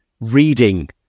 reading